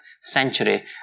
century